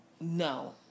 No